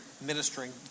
ministering